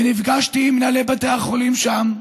ונפגשתי עם מנהלי בתי החולים שם,